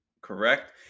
correct